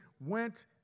went